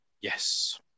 Yes